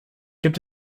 gibt